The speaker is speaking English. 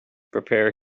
prepare